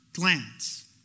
glance